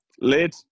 Lid